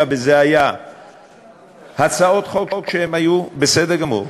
ואלה היו הצעות חוק שהיו בסדר גמור,